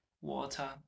water